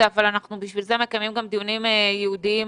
אבל לשם כך אנחנו מקיימים דיונים ייעודיים